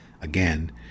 again